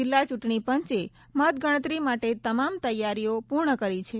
જિલ્લા ચૂંટણી પંચે મતગણતરી માટે તમામ તૈયારીમાં પૂર્ણ કરી છે